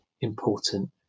important